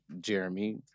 Jeremy